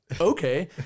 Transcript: Okay